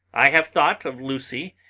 i have thought of lucy,